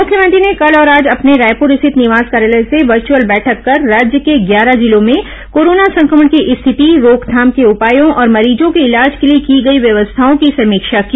मुख्यमंत्री ने कल और आज अपने रायपुर स्थित निवास कार्यालय से वर्चुअल बैठक कर राज्य के ग्यारह जिलों में कोरोना संक्रमण की स्थिति रोकथाम के उपायों और मरीजों के इलाज के लिए की गई व्यवस्थाओं की समीक्षा की